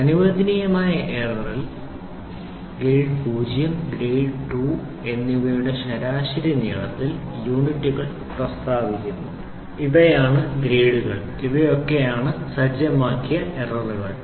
അനുവദനീയമായ എററിൽ grade 0 grade 2 എന്നിവയുടെ ശരാശരി നീളത്തിൽ യൂണിറ്റുകൾ പ്രസ്താവിക്കുന്നു ഇവയായാണ് ഗ്രേഡുകൾ ഇവയായാണ് സജ്ജമാക്കിയഎററുകൾ